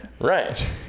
Right